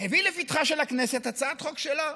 הביא לפתחה של הכנסת הצעת חוק שלו,